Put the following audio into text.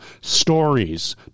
stories